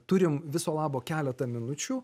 turim viso labo keletą minučių